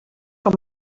com